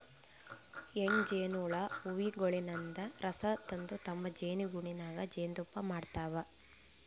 ಹೆಣ್ಣ್ ಜೇನಹುಳ ಹೂವಗೊಳಿನ್ದ್ ರಸ ತಂದ್ ತಮ್ಮ್ ಜೇನಿಗೂಡಿನಾಗ್ ಜೇನ್ತುಪ್ಪಾ ಮಾಡ್ತಾವ್